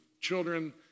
children